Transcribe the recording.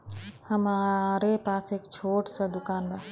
हमरे पास एक छोट स दुकान बा